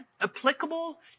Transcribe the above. applicable